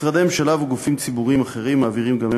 משרדי ממשלה וגופים ציבוריים אחרים מעבירים גם הם